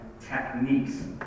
techniques